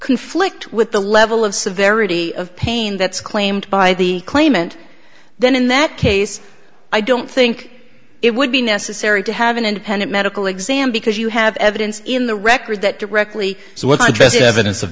conflict with the level of severity of pain that's claimed by the claimant then in that case i don't think it would be necessary to have an independent medical exam because you have evidence in the record that directly